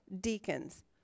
deacons